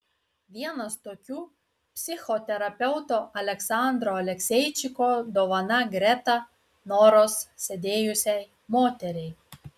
vienas tokių psichoterapeuto aleksandro alekseičiko dovana greta noros sėdėjusiai moteriai